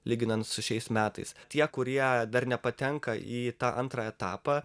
lyginant su šiais metais tie kurie dar nepatenka į tą antrą etapą